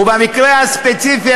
ובמקרה הספציפי,